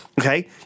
Okay